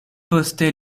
poste